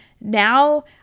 now